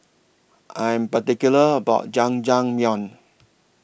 I Am particular about Jajangmyeon